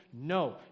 No